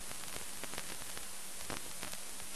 לקבל בשורות איוב, זו